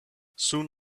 soon